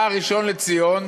ובא הראשון לציון,